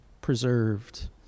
preserved